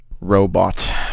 Robot